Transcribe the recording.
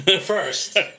first